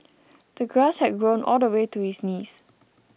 the grass had grown all the way to his knees